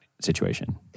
situation